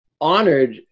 honored